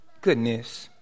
Goodness